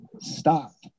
stop